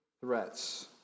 threats